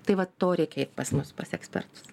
tai vat to reikia eit pas mus pas ekspertus